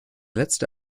letzte